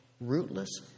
rootless